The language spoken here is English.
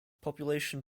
population